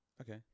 Okay